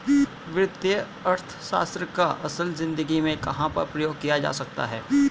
वित्तीय अर्थशास्त्र का असल ज़िंदगी में कहाँ पर प्रयोग किया जा सकता है?